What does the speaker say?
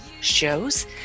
shows